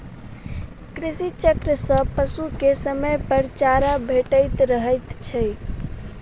कृषि चक्र सॅ पशु के समयपर चारा भेटैत रहैत छै